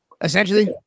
essentially